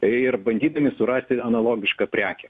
ir bandydami surasti analogišką prekę